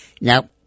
Now